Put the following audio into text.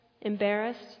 embarrassed